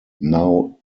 now